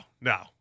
no